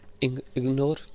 Ignore